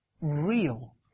real